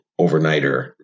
overnighter